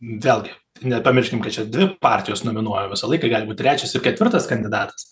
vėlgi nepamirškim kad čia dvi partijos nominuoja visą laiką gali būt trečias ir ketvirtas kandidatas